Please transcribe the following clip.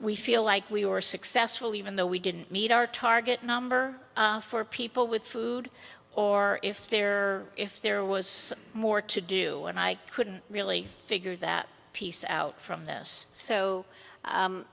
we feel like we were successful even though we didn't meet our target number for people with food or if they were if there was more to do and i couldn't really figure that piece out from this so